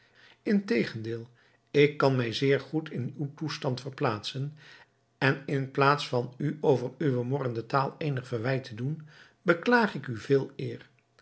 integendeel ik kan mij zeer goed in uw toestand verplaatsen en in plaats van u over uwe morrende taal eenig verwijt te doen beklaag ik u veeleer